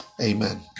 Amen